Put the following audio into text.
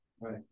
Right